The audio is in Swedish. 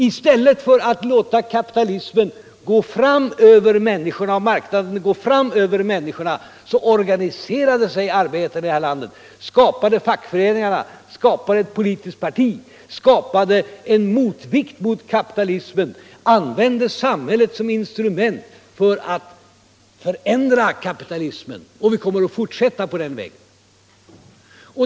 I stället för att låta kapitalismen och marknaden gå fram över människorna organiserade sig arbetarna i det här landet, skapade fackföreningarna, skapade ett politiskt parti, skapade en motvikt mot kapitalismen, använde samhället som instrument för att förändra kapitalismen. Och vi kommer att fortsätta på den vägen.